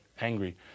angry